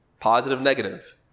positive-negative